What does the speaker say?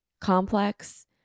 complex